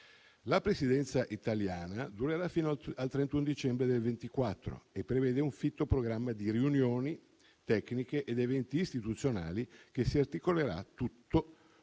La Presidenza italiana durerà fino al 31 dicembre 2024 e prevede un fitto programma di riunioni tecniche ed eventi istituzionali, che si articolerà su tutto